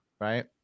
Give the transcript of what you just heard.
right